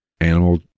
animal